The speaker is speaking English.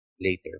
Later